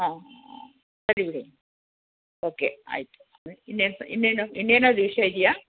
ಹಾಂ ಸರಿ ಬಿಡಿ ಓಕೆ ಆಯಿತು ಇನ್ನೇನು ಇನ್ನೇನು ಇನ್ನೇನಾದರೂ ವಿಷಯ ಇದೆಯಾ